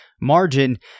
margin